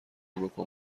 بکن